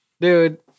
dude